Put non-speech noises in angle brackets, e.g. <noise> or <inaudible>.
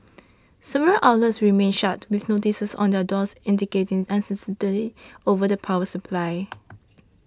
several outlets remained shut with notices on their doors indicating uncertainty over the power supply <noise>